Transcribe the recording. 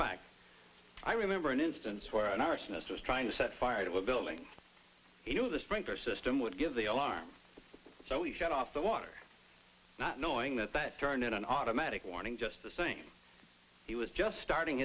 fact i remember an instance where an arsonist was trying to set fire to a building the sprinkler system would give the alarm so he shut off the water not knowing that that turned in an automatic warning just the same he was just starting